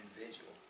individual